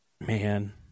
man